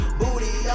booty